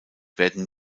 werden